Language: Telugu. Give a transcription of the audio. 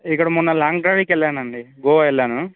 ఇక్కడ మొన్న లాంగ్ డ్రైవ్కి వెళ్ళానండి గోవా వెళ్ళాను